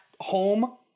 home